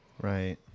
Right